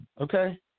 Okay